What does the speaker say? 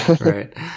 Right